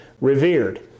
revered